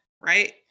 right